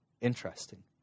interesting